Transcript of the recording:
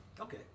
Okay